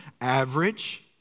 Average